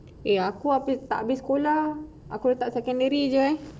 eh aku tak habis sekolah aku letak secondary jer yes